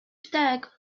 deg